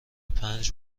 پنج